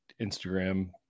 Instagram